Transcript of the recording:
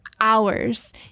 hours